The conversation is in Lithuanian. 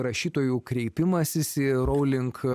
rašytojų kreipimasis į rowling